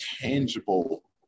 tangible